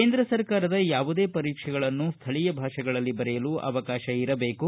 ಕೇಂದ್ರ ಸರ್ಕಾರದ ಯಾವುದೇ ಪರೀಕ್ಷೆಗಳನ್ನು ಸ್ಥಳೀಯ ಭಾಷೆಗಳಲ್ಲಿ ಬರೆಯಲು ಅವಕಾಶ ಇರಬೇಕು